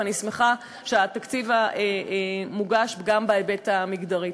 ואני שמחה שהתקציב מוגש גם בהיבט המגדרי.